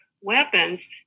weapons